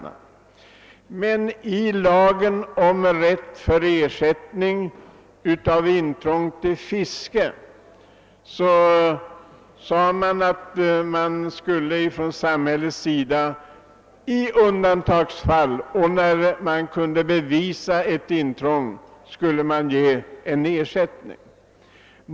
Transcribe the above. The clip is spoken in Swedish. I den lag som stadgar ersättning för intrång i fiske står att samhället i undantagsfall och när intrånget kan bevisas skall betala ersättning.